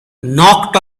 knocked